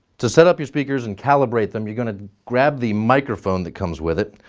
to set up your speakers and calibrate them you're going to grab the microphone that comes with it,